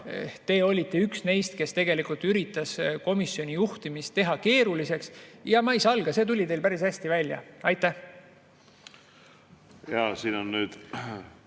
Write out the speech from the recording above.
te olite üks neist, kes tegelikult üritas komisjoni [töö] juhtimist teha keeruliseks. Ma ei salga, see tuli teil päris hästi välja. Ja